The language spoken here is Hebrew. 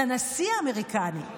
לנשיא האמריקני.